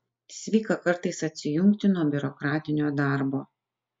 sveika kartais atsijungti nuo biurokratinio darbo